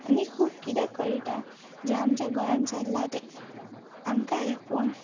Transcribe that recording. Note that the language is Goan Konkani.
आनी खूब कितें कळटा जे आमच्या गोंयान चल्ला तें आमकां हें पळोवन